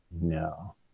No